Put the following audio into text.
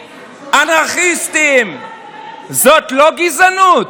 אנרכיסטים, זאת לא גזענות?